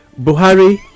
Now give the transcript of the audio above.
Buhari